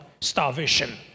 starvation